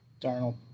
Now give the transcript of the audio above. Darnold